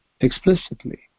explicitly